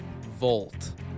Volt